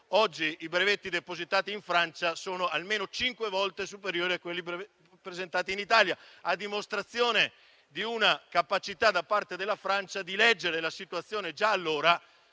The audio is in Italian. oggi i brevetti depositati in Francia sono almeno cinque volte superiori a quelli presentati in Italia. Ciò a dimostrazione di una capacità da parte della Francia di leggere la situazione già allora,